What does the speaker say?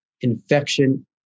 infection